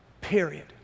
Period